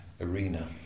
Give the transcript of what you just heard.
arena